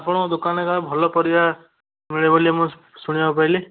ଆପଣଙ୍କ ଦୋକାନରେ କାଳେ ଭଲ ପରିବା ମିଳେ ବୋଲି ମୁଁ ଶୁଣିବାକୁ ପାଇଲି